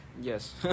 Yes